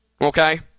Okay